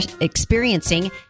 experiencing